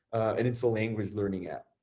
and it's a language learning app,